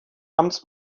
amts